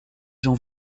gens